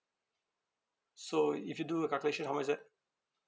so if you do the calculation how much is that